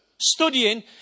studying